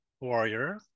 warrior